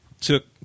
took